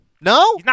No